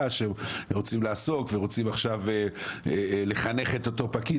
שרוצים לעסוק ורוצים עכשיו לחנך את אותו פקיד.